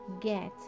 get